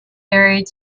buried